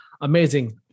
amazing